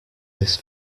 this